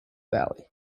valley